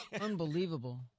Unbelievable